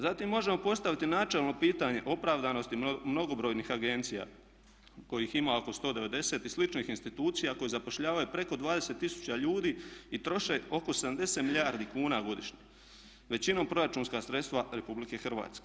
Zatim možemo postaviti načelno pitanje opravdanosti mnogobrojnih agencija kojih ima oko 190 i sličnih institucija koje zapošljavaju preko 20 tisuća ljudi i troše oko 70 milijardi kuna godišnje većinom proračunska sredstva RH.